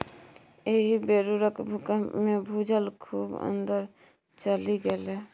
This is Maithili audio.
एहि बेरुक भूकंपमे भूजल खूब अंदर चलि गेलै